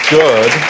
good